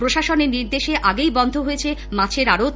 প্রশাসনের নির্দেশে আগেই বন্ধ হয়েছে মাছের আড়ত